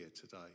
today